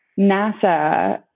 NASA